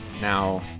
now